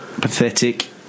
pathetic